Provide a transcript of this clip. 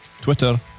Twitter